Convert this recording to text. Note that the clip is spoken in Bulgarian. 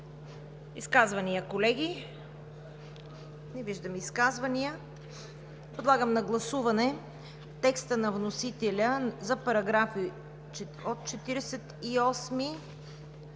Изказвания, колеги? Не виждам. Подлагам на гласуване текста на вносителя за параграфи от 48